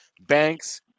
banks